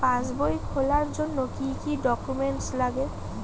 পাসবই খোলার জন্য কি কি ডকুমেন্টস লাগে?